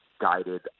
guided